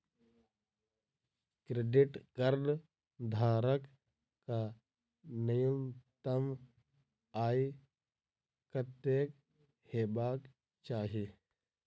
Credit card धारक कऽ न्यूनतम आय कत्तेक हेबाक चाहि?